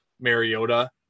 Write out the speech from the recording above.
Mariota